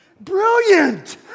brilliant